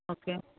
okay